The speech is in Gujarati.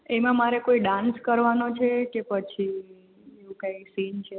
એમાં મારે કોઈ ડાન્સ કરવાનો છે કે પછી કાંઈ સીન છે